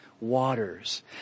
waters